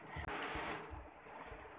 keratin एक protein क प्रकार होला